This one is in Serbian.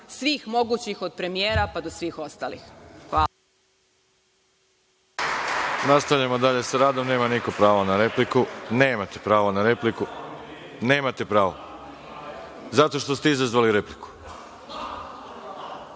svih mogućih, od premijera pa do svih ostalih.